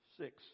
six